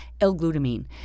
L-glutamine